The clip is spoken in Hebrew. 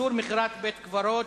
איסור מכירת בית-קברות),